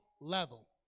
level